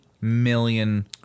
million